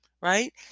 right